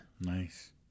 Nice